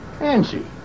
Angie